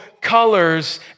colors